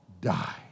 die